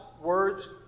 words